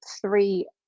three